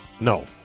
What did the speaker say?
No